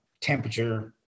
temperature